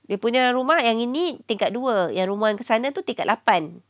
dia punya rumah yang ini tingkat dua yang rumah ke sana tu tingkat lapan